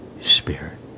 Spirit